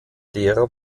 lehrer